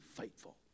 faithful